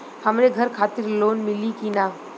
हमरे घर खातिर लोन मिली की ना?